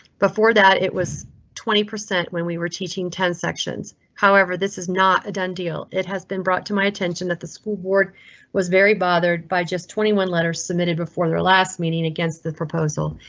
before that it was twenty percent when we were teaching ten sections. however, this is not a done deal. it has been brought to my attention that the school board was very bothered by just twenty one letters submitted before their last meeting against the proposal.